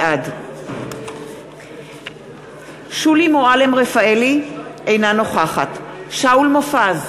בעד שולי מועלם-רפאלי, אינה נוכחת שאול מופז,